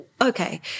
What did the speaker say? okay